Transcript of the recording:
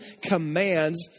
commands